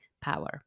power